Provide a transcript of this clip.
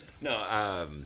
No